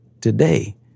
today